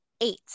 eight